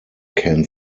can